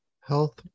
health